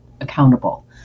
accountable